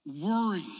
Worry